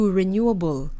renewable